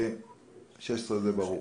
סעיף 16 ברור